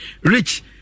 rich